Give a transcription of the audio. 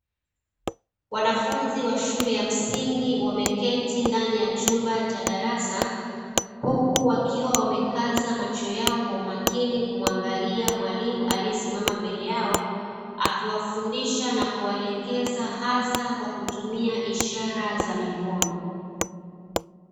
Wanafunzi wa shule ya msingi, wameketi ndani ya chumba cha darasa, huku wakiwa wamekaza macho yao kwa umakini kumuangalia mwalimu aliyesimama mbele yao, akiwafundisha na kuwaelekeza hasa kwa kutumia ishara za mikono.